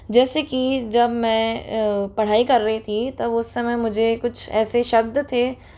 जैसे की जब मैं पढ़ाई कर रही थी तब उस समय मुझे कुछ ऐसे शब्द थे